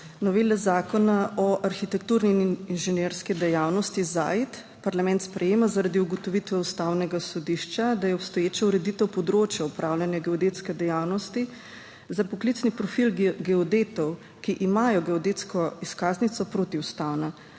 Novela Zakona o arhitekturni in inženirski dejavnosti (ZAID) parlament sprejema zaradi ugotovitve Ustavnega sodišča, da je obstoječa ureditev področja upravljanja geodetske dejavnosti za poklicni profil geodetov, ki imajo geodetsko izkaznico, protiustavna.